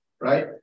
right